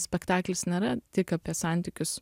spektaklis nėra tik apie santykius